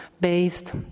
based